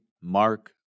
mark